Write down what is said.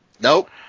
Nope